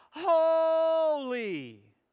Holy